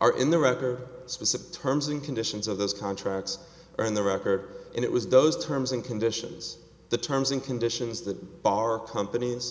are in the record specific terms and conditions of those contracts are in the record and it was those terms and conditions the terms and conditions that bar companies